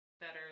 better